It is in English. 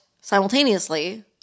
simultaneously